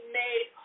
made